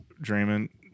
Draymond